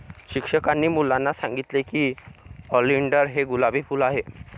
शिक्षकांनी मुलांना सांगितले की ऑलिंडर हे गुलाबी फूल आहे